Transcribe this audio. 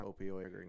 opioid